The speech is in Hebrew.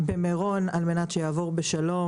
במירון על מנת שהאירוע יעבור בשלום.